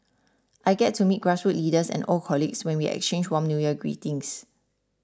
I get to meet grassroots leaders and old colleagues when we exchange warm New Year greetings